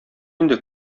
инде